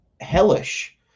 hellish